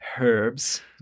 herbs